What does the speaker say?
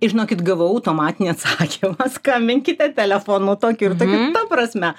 ir žinokit gavau automatinį atsakymą skambinkite telefonu tokiu ir tokiu ta prasme